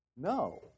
No